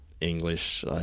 english